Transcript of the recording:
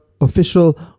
official